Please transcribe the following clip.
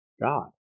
God